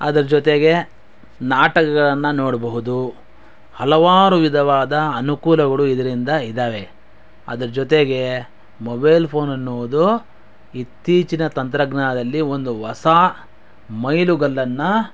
ಅದರ ಜೊತೆಗೆ ನಾಟಕಗಳನ್ನು ನೋಡಬಹುದು ಹಲವಾರು ವಿಧವಾದ ಅನುಕೂಲಗಳು ಇದರಿಂದ ಇದ್ದಾವೆ ಅದರ ಜೊತೆಗೆ ಮೊಬೈಲ್ ಫೋನೆನ್ನುವುದು ಇತ್ತೀಚಿನ ತಂತ್ರಜ್ಞಾನದಲ್ಲಿ ಒಂದು ಹೊಸ ಮೈಲಿಗಲ್ಲನ್ನು